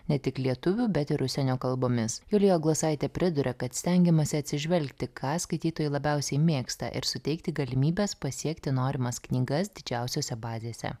ne tik lietuvių bet ir užsienio kalbomis julija glosaitė priduria kad stengiamasi atsižvelgti ką skaitytojai labiausiai mėgsta ir suteikti galimybes pasiekti norimas knygas didžiausiose bazėse